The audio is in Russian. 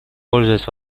пользуясь